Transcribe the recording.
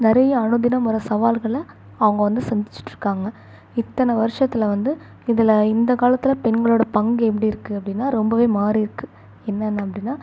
நிறைய அனுதினம் வர சவால்களை அவங்க வந்து சந்திச்சிகிட்ருக்காங்க இத்தனை வருஷத்தில் வந்து இதில் இந்த காலத்தில் பெண்களோட பங்கு எப்படி இருக்குது அப்படின்னா ரொம்பவே மாறியிருக்கு என்னென்ன அப்படின்னா